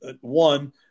one